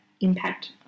impact